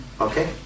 okay